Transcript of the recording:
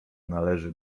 należy